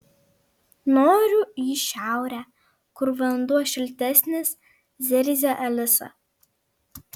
noriu į šiaurę kur vanduo šiltesnis zirzia alisa